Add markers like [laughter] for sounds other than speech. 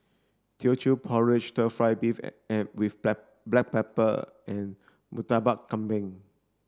Teochew porridge stir fried beef and with [unintelligible] black pepper and Murtabak Kambing